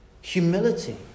Humility